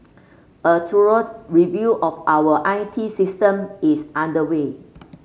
a thorough review of our I T system is underway